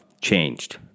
changed